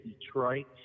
Detroit